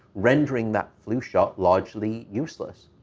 rendering that flu shot largely useless,